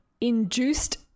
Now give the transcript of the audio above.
induced